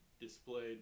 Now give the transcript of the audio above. Displayed